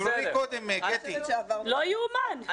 לא יאומן, לא יאומן.